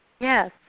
Yes